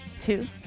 two